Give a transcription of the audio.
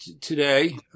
today